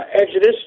Exodus